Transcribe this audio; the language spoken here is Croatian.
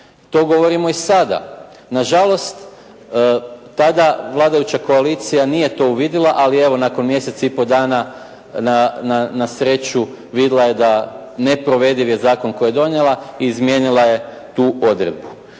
to govorimo i sada. Na žalost tada vladajuća koalicija nije to uvidjela, ali evo nakon mjesec i pol dana na sreću vidjela je da neprovediv je zakon koji je donijela i izmijenila je tu odredbu.